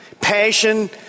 passion